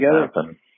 happen